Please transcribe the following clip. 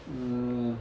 mm